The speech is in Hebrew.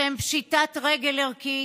שהם פשיטת רגל ערכית.